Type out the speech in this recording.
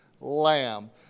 lamb